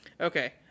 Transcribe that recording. Okay